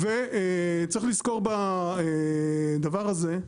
וצריך לזכור בדבר הזה,